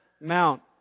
mount